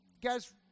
Guys